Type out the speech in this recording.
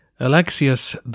Alexius